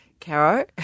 Caro